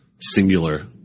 singular